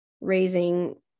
raising